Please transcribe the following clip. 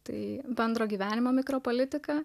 tai bendro gyvenimo mikro politiką